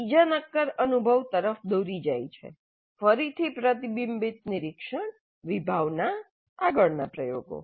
આ બીજા નક્કર અનુભવ તરફ દોરી જાય છે ફરીથી પ્રતિબિંબીત નિરીક્ષણ વિભાવના આગળના પ્રયોગો